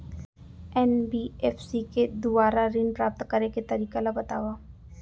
NBFC के दुवारा ऋण प्राप्त करे के तरीका ल बतावव?